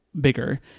bigger